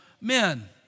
men